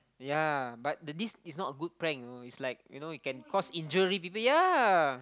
yea but the this is not a good prank you know it's like you know can cause injury people yea